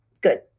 good